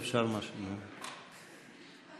תמר זנדברג לפני סעיף 1 לא נתקבלה.